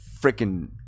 Freaking